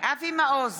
אבי מעוז,